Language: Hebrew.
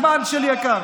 אדוני, הזמן שלי יקר.